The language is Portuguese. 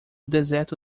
deserto